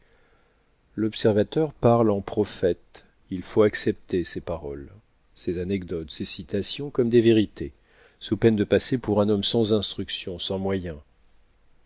l'observateur parle en prophète il faut accepter ses paroles ses anecdotes ses citations comme des vérités sous peine de passer pour un homme sans instruction sans moyens